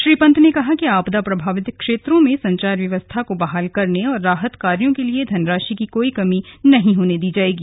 श्री पन्त ने कहा कि आपदा प्रभावित क्षेत्रों में संचार व्यवस्था को बहाल करने और राहत कार्यों के लिए धनराशि की कोई कमी नही होने दी जायेगी